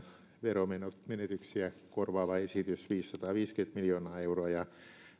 veromenetyksiä korvaava esitys viisisataaviisikymmentä miljoonaa euroa ja